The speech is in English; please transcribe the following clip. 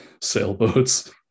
sailboats